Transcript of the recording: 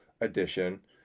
edition